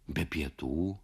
be pietų